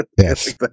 yes